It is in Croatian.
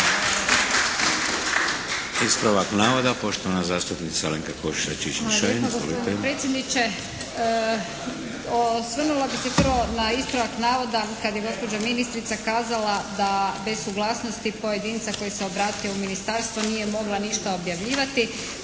Ispravak navoda, poštovana zastupnica Alenka Košiša